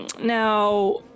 Now